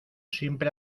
siempre